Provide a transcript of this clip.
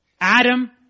Adam